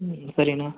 ம்ம் சரி அண்ணா